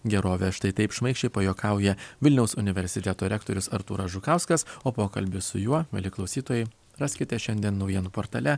gerovės štai taip šmaikščiai pajuokauja vilniaus universiteto rektorius artūras žukauskas o pokalbį su juo mieli klausytojai raskite šiandien naujienų portale